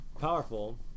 powerful